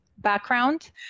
background